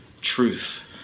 truth